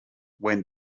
when